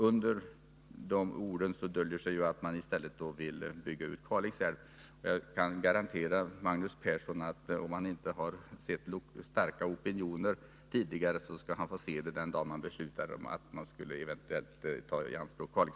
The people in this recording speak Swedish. Under de orden döljer sig ju att man i stället vill bygga ut Kalix älv. Jag kan garantera Magnus Persson, att om han inte har sett starka opinioner tidigare, skall han få se det den dagen man beslutar att ta Kalix älv i anspråk.